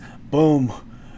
boom